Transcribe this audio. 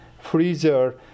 freezer